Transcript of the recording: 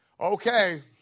okay